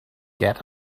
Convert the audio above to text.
get